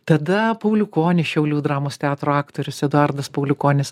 tada pauliukonis šiaulių dramos teatro aktorius eduardas pauliukonis